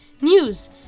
news